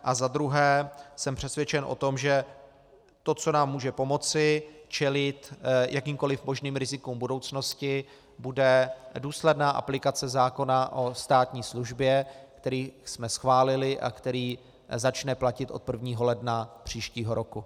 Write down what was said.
A za druhé, jsem přesvědčen o tom, že to, co nám může pomoci čelit jakýmkoliv možným rizikům v budoucnosti, bude důsledná aplikace zákona o státní službě, který jsme schválili a který začne platit od 1. ledna příštího roku.